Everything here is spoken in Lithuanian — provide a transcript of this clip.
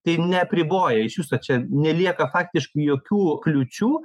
tai neapriboja iš viso čia nelieka faktiškai jokių kliūčių